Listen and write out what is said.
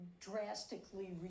drastically